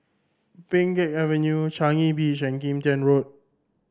Pheng Geck Avenue Changi Beach and Kim Tian Road